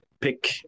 pick